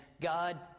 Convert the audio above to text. God